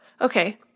Okay